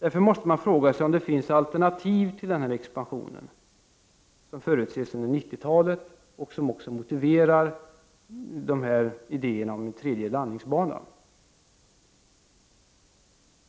Man måste därför fråga sig om det finns alternativ till den expansion av flyget som förutses under 1990-talet och som motiverar tankarna på en tredje landningsbana.